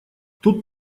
тут